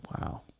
Wow